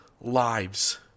lives